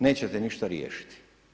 Nećete ništa riješiti.